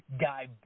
guy